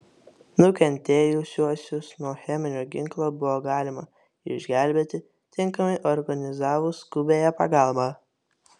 nukentėjusiuosius nuo cheminio ginklo buvo galima išgelbėti tinkamai organizavus skubiąją pagalbą